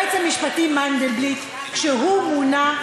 היועץ המשפטי מנדלבליט, כשהוא מונה,